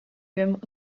wiem